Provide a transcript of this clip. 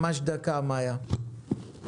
ממש דקה, מאיה.